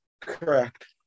Correct